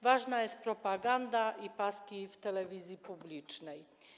Ważna jest propaganda i paski w telewizji publicznej.